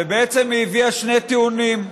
ובעצם היא הביאה שני טיעונים: